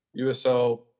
USL